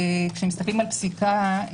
כשמסתכלים על פסיקה,